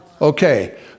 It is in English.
Okay